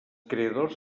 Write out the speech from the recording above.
creadors